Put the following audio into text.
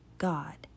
God